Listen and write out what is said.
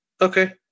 Okay